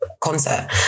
Concert